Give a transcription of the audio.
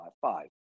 Five